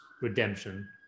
redemption